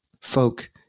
folk